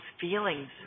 feelings